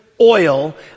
oil